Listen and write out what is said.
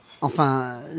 Enfin